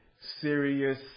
serious